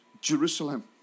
Jerusalem